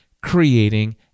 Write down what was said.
creating